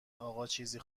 آقاچیزی